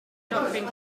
doctrine